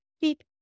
beep